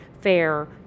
fair